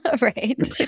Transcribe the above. Right